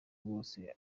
bwose